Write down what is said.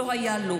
לא היה לו.